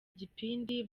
igipindi